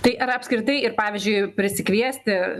tai ir apskritai ir pavyzdžiui ir prisikviesti